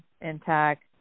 intact